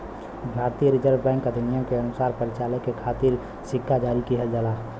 भारतीय Reserve Bank अधिनियम के अनुसार परिचालन के खातिर सिक्का जारी किहल जाला